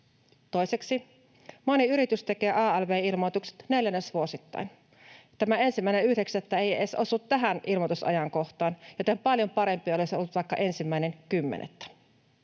Toiseksi moni yritys tekee alv-ilmoitukset neljännesvuosittain. Tämä 1.9. ei edes osu tähän ilmoitusajankohtaan, joten paljon parempi olisi ollut vaikka 1.10. Kolmanneksi